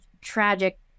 tragic